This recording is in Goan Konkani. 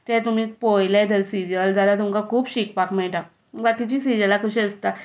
तें तुमी पळयलें जाल्यार सिरियल तुमकां खूब शिकपाक मेळटा बाकीचीं सिरियलां कशीं आसता